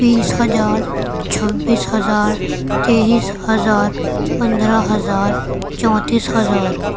بیس ہزار چھبیس ہزار تئیس ہزار پندرہ ہزار چونتیس ہزار